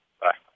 Bye